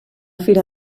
fira